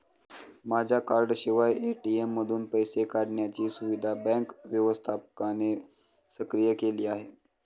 माझ्या कार्डाशिवाय ए.टी.एम मधून पैसे काढण्याची सुविधा बँक व्यवस्थापकाने सक्रिय केली आहे